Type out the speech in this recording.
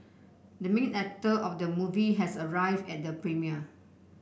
the main actor of the movie has arrived at the premiere